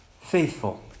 faithful